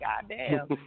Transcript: goddamn